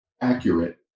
accurate